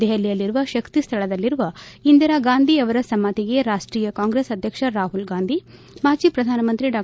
ದೆಹಲಿಯಲ್ಲಿರುವ ಶಕ್ತಿ ಸ್ಥಳದಲ್ಲಿರುವ ಇಂದಿರಾಗಾಂಧಿ ಅವರ ಸಮಾಧಿಗೆ ರಾಷ್ಟೀಯ ಕಾಂಗ್ರೆಸ್ ಅಧ್ಯಕ್ಷ ರಾಹುಲ್ ಗಾಂಧಿ ಮಾಜಿ ಪ್ರಧಾನ ಮಂತ್ರಿ ಡಾ